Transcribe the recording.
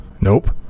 Nope